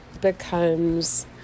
becomes